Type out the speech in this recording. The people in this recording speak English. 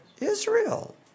Israel